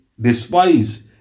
despise